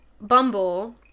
Bumble